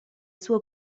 suo